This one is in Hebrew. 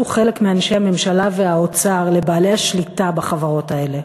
חלק מאנשי הממשלה והאוצר לבעלי השליטה בחברות האלה.